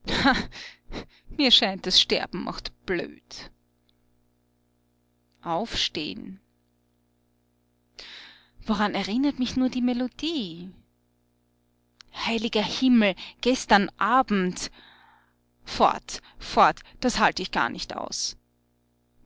mir scheint das sterben macht blöd aufsteh'n woran erinnert mich denn nur die melodie heiliger himmel gestern abend fort fort das halt ich gar nicht aus